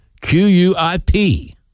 Q-U-I-P